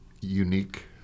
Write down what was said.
unique